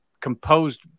composed